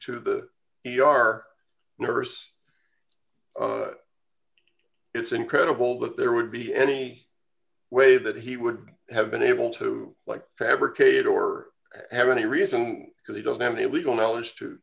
to the e r nurse it's incredible that there would be any way that he would have been able to like fabricate or have any reason because he doesn't have the legal knowledge